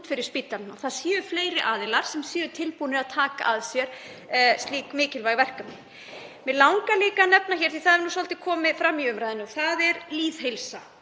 fyrir spítalann og fleiri aðilar séu tilbúnir að taka að sér slík mikilvæg verkefni. Mig langar líka að nefna hér, því það hefur svolítið komið fram í umræðunni, lýðheilsu